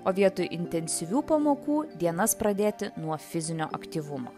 o vietoj intensyvių pamokų dienas pradėti nuo fizinio aktyvumo